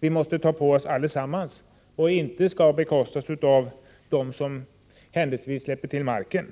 Vi måste alla ta på oss kostnaden för denna verksamhet. Den skall inte bekostas enbart av dem som släpper till marken.